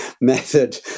method